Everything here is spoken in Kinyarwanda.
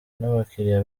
n’abakiriya